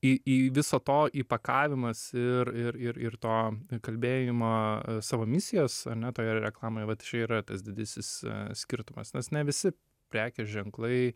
į į viso to įpakavimas ir ir ir ir to kalbėjimo savo misijos ane toje reklamoje vat čia yra tas didysis skirtumas nes ne visi prekės ženklai